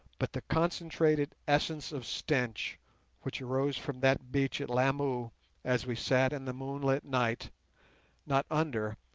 but the concentrated essence of stench which arose from that beach at lamu as we sat in the moonlit night not under,